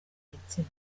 igitsina